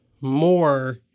more